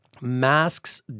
masks